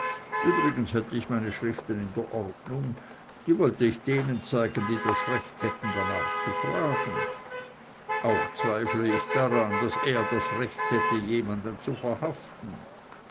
übrigens hätte ich meine schriften in der ordnung die wolle ich denen zeigen die das recht hätten darnach zu fragen auch zweifle ich daran daß er das recht hätte jemanden zu verhaften